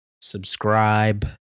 subscribe